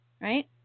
right